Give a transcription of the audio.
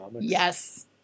yes